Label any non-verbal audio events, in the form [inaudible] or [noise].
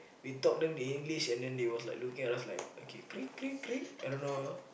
we talk them in English and then they was looking at us like okay [noise] I don't know